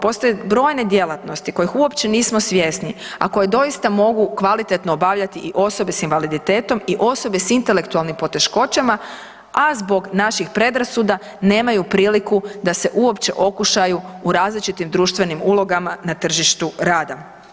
Postoje brojne djelatnosti kojih uopće nismo svjesni, a koje doista mogu kvalitetno obavljati i osobe s invaliditetom i osobe s intelektualnim poteškoćama, a zbog naših predrasuda nemaju priliku da se uopće okušaju u različitim društvenim ulogama na tržištu rada.